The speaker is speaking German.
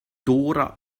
dora